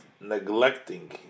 neglecting